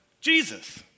Jesus